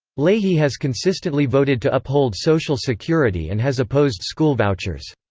leahy has consistently voted to uphold social security and has opposed school vouchers.